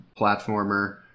platformer